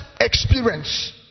experience